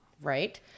Right